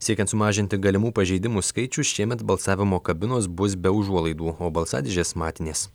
siekiant sumažinti galimų pažeidimų skaičių šiemet balsavimo kabinos bus be užuolaidų o balsadėžės matinės